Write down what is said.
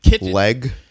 leg